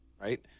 right